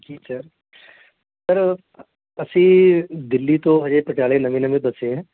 ਜੀ sir sir ਅਸੀਂ ਦਿੱਲੀ ਤੋਂ ਅਜੇ ਪਟਿਆਲੇ ਨਵੇਂ ਨਵੇਂ ਵਸੇ ਹਾਂ